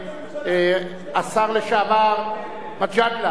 השר לשעבר מג'אדלה, אני מבקש.